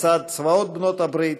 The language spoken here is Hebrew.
לצד צבאות בעלות הברית,